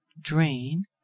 drain